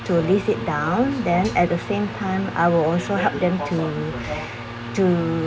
to list it down then at the same time I will also help them to to